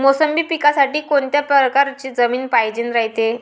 मोसंबी पिकासाठी कोनत्या परकारची जमीन पायजेन रायते?